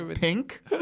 Pink